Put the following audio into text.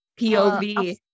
POV